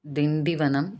Tindivanam